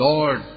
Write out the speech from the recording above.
Lord